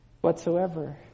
whatsoever